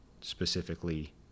specifically